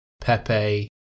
Pepe